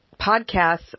podcasts